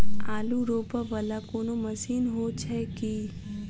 आलु रोपा वला कोनो मशीन हो छैय की?